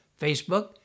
Facebook